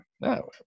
No